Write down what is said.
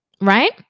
Right